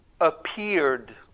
appeared